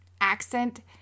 accent